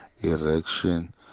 erection